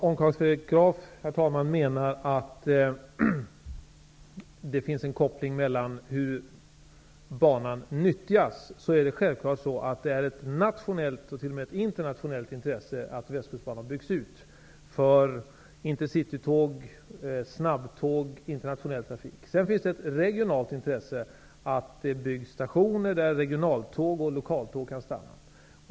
Herr talman! Om Carl Fredrik Graf menar att det finns en koppling till det sätt på vilket banan nyttjas, är det självfallet av nationellt -- och t.o.m. internationellt -- intresse att Västkustbanan byggs ut för intercitytåg, snabbtåg och internationell trafik. Sedan finns det ett regionalt intresse för att det byggs stationer där regionaltåg och lokaltåg kan stanna.